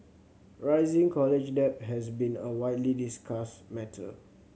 rising college debt has been a widely discussed matter